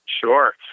Sure